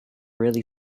really